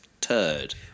turd